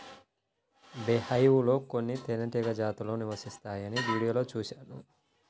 beehive లో కొన్ని తేనెటీగ జాతులు నివసిస్తాయని వీడియోలో చూశాను